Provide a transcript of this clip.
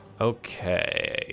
Okay